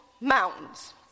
mountains